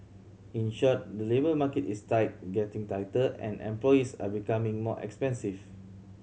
in short the labour market is tight getting tighter and employees are becoming more expensive